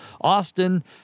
Austin